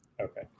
okay